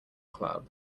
club